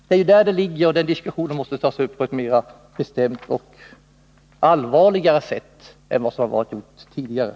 Det är ju där problemet ligger, och diskussionen på den punkten måste föras på ett mera bestämt och allvarligt sätt än vad som hittills varit fallet.